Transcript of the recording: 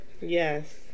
Yes